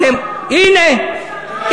נכון, שומו שמים.